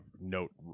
Note